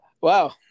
Wow